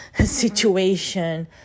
situation